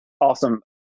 Awesome